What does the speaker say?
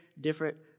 different